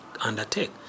undertake